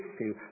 issue